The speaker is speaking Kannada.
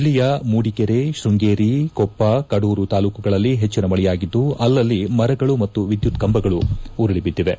ಜಿಲ್ಲೆಯ ಮೂಡಿಗೆರೆ ಶೃಂಗೇರಿ ಕೊಪ್ಪ ಕಡೂರು ತಾಲೂಕುಗಳಲ್ಲಿ ಹೆಚ್ಚಿನ ಮಳೆಯಾಗಿದ್ದು ಅಲ್ಲಲ್ಲಿ ಮರಗಳು ಮತ್ತು ವಿದ್ಯುತ್ ಕಂಬಗಳು ಉರುಳಿ ಬಿದ್ದಿವೆ